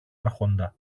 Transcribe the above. άρχοντα